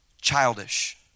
childish